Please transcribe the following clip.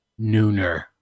nooner